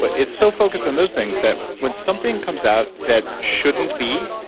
but it's so focused on those things that when something comes out that shouldn't be,